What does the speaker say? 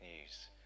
news